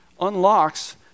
unlocks